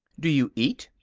do you eat?